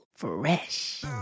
Fresh